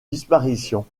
disparition